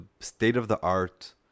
state-of-the-art